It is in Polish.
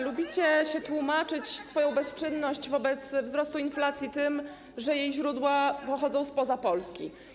Lubicie tłumaczyć swoją bezczynność wobec wzrostu inflacji tym, że jej źródła pochodzą spoza Polski.